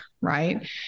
Right